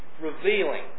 revealing